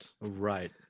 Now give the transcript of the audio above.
right